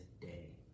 today